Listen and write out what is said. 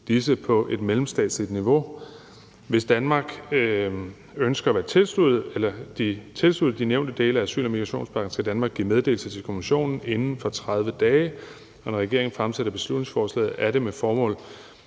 disse på et mellemstatsligt niveau. Hvis Danmark ønsker at være tilsluttet de nævnte dele af asyl- og migrationspagten, skal Danmark give meddelelse til Kommissionen inden for 30 dage, og når regeringen fremsætter beslutningsforslaget, er det med det formål